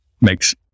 makes